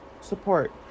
support